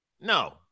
no